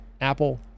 Apple